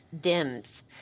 dims